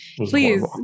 Please